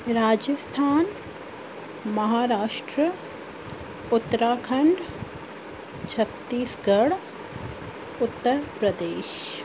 Rajasthan Maharashtra Uttarakhand Chhattisgarh Uttar Pradesh